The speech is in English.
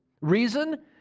Reason